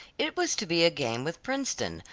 it was to be a game with princeton,